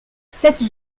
cette